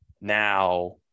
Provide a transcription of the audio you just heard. now